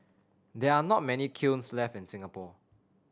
there are not many kilns left in Singapore